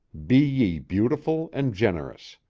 be ye beautiful and generous.